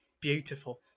Beautiful